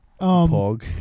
Pog